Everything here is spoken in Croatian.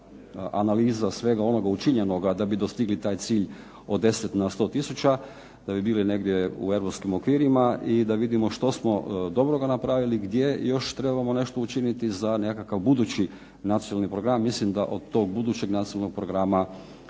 analiza svega onoga učinjenoga da bi dostigli taj cilj od 10 na 100 tisuća da bi bili negdje u europskim okvirima i da vidimo što smo dobroga napravili, gdje još trebamo nešto učiniti za nekakav budući nacionalni program. Mislim da od tog budućeg nacionalnog programa